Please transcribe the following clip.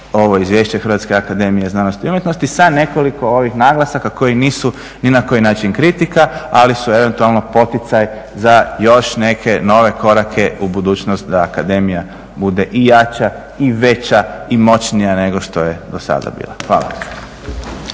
ovo izvješće HAZU sa nekoliko ovih naglasaka koji nisu ni na koji način kritika, ali su eventualno poticaj za još neke nove korake u budućnost da akademija bude i jača i veća i moćnija nego što je do sada bila. Hvala.